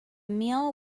meal